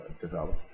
develop